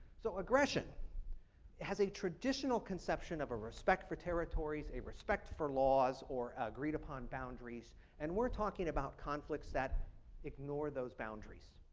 so aggression has a traditional conception of a respect for territories and respect for laws or agreed-upon boundaries and we are talking about conflicts that ignore those boundaries.